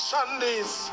Sunday's